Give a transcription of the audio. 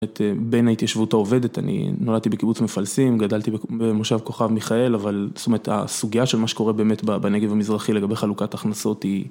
בין ההתיישבות העובדת, אני נולדתי בקיבוץ מפלסים, גדלתי במושב כוכב מיכאל, אבל זאת אומרת, הסוגיה של מה שקורה באמת בנגב המזרחי לגבי חלוקת הכנסות היא...